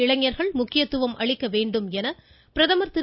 இளைஞர்கள் முக்கியத்துவம் அளிக்க வேண்டும் என பிரதமர் திரு